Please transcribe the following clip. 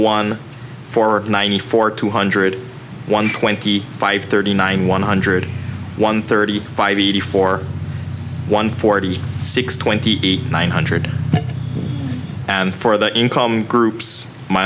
one for ninety four two hundred one twenty five thirty nine one hundred one thirty five eighty four one forty six twenty nine hundred for the income groups my